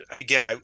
Again